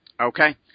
Okay